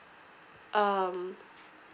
um